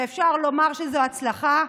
ואפשר לומר שזו הצלחה.